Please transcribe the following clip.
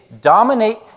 dominate